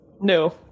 No